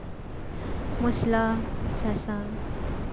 ᱢᱚᱥᱞᱟ ᱥᱟᱥᱟᱝ